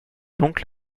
donc